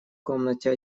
комнате